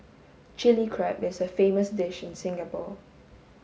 Chilli Crab is a famous dish in Singapore